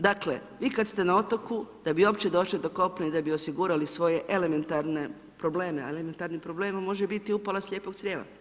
Dakle vi kad ste na otoku, da bi uopće došli do kopna i da bi osigurali svoje elementarne probleme, a elementarni problem može biti upala slijepog crijeva.